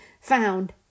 found